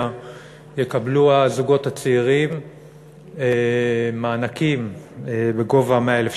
שבהם יקבלו הזוגות הצעירים מענקים בגובה 100,000 שקל,